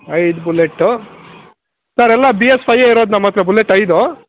ಐದು Bullet sir ಎಲ್ಲ B S ಫೈಯೇ ಇರೋದು ನಮ್ಮ ಹತ್ರ ಬುಲ್ಲೆಟ್ ಐದು